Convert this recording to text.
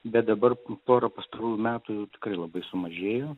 bet dabar porą pastarųjų metų tikrai labai sumažėjo